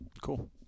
Cool